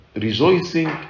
rejoicing